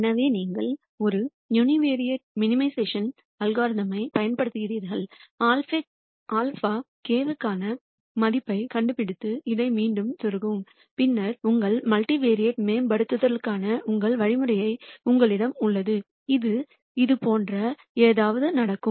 எனவே நீங்கள் ஒரு யூனிவேரைட் மினிமைஸ்ஷன் வழிமுறையும் பயன்படுத்துகிறீர்கள் α k க்கான மதிப்பைக் கண்டுபிடித்து இதை மீண்டும் செருகவும் பின்னர் உங்கள் மல்டிவேரியேட் மேம்படுத்தலுக்கான உங்கள் வழிமுறை உங்களிடம் உள்ளது இது இதுபோன்ற ஏதாவது நடக்கும்